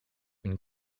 une